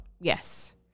Yes